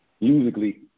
musically